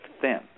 thin